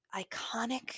iconic